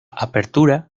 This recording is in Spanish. apertura